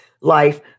life